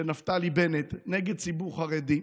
שנפתלי בנט נגד ציבור חרדי,